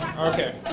Okay